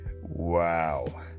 Wow